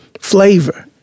flavor